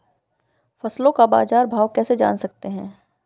फसलों का बाज़ार भाव कैसे जान सकते हैं?